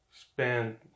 spend